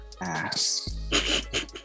ass